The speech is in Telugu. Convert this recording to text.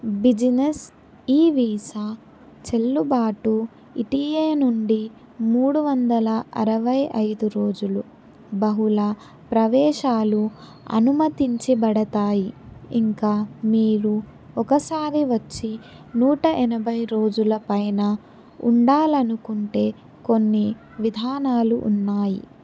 బిజినెస్ ఈ వీసా చెల్లుబాటు ఇటీఏ నుండి మూడు వందల అరవై ఐదు రోజులు బహుళ ప్రవేశాలు అనుమతించబడతాయి ఇంకా మీరు ఒక సారి వచ్చి నూట ఎనభై రోజుల పైన ఉండాలనుకుంటే కొన్ని విధానాలు ఉన్నాయి